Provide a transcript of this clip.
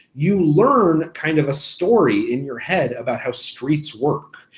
you learn kind of a story in your head about how streets work.